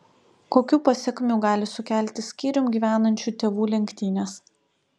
kokių pasekmių gali sukelti skyrium gyvenančių tėvų lenktynės